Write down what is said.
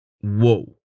Whoa